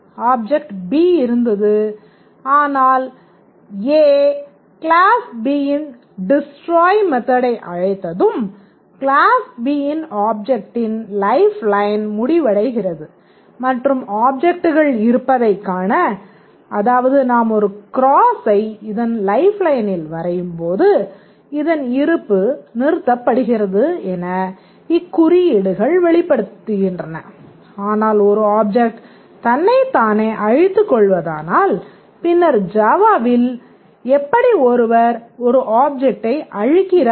object B இருந்தது ஆனால் A class B யின் டிஸ்டராய் எப்படி ஒருவர் ஒரு ஆப்ஜெக்ட்டை அழிக்கிறார்